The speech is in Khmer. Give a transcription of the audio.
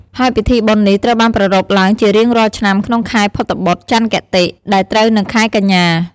ហើយពិធីបុណ្យនេះត្រូវបានប្រារព្ធឡើងជារៀងរាល់ឆ្នាំក្នុងខែភទ្របទ ចន្ទគតិ ដែលត្រូវនឹងខែកញ្ញា។